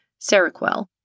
seroquel